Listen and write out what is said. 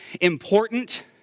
Important